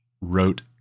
wrote